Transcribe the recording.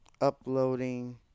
Uploading